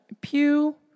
Pew